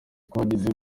twagize